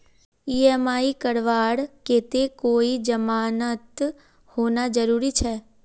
EMI करवार केते कोई जमानत होना जरूरी छे?